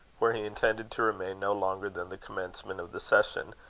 where he intended to remain no longer than the commencement of the session,